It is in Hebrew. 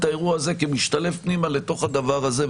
האירוע הזה כמשתלב פנימה לתוך הדבר הזה.